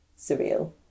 surreal